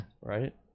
Right